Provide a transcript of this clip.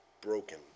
broken